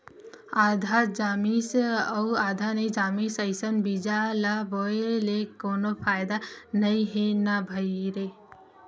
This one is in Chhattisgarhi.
आधा जामिस अउ आधा नइ जामिस अइसन बीजा ल बोए ले कोनो फायदा नइ हे न भईर